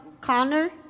Connor